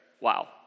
Wow